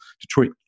Detroit